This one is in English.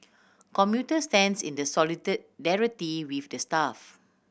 commuter stands in the with the staff